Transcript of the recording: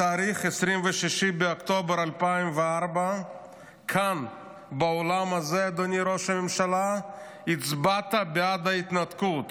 בתאריך 26 באוקטובר 2004 כאן באולם הזה הצבעת בעד ההתנתקות,